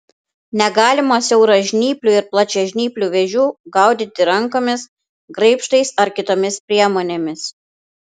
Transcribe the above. negalima siauražnyplių ir plačiažnyplių vėžių gaudyti rankomis graibštais ar kitomis priemonėmis